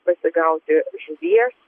pasigauti žuvies